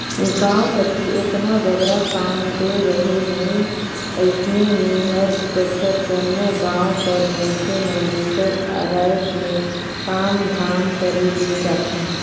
गाँव कती ओतना बगरा काम दो रहें नई अइसे में हर बछर जम्मो गाँव कर मइनसे मन दूसर राएज में काम धाम करे ले जाथें